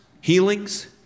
healings